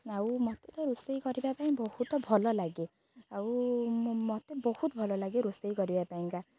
ଆଉ ମୋତେ ତ ରୋଷେଇ କରିବା ପାଇଁ ବହୁତ ଭଲ ଲାଗେ ଆଉ ମୋତେ ବହୁତ ଭଲ ଲାଗେ ରୋଷେଇ କରିବା ପାଇଁ